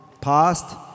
past